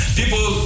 people